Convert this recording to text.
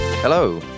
Hello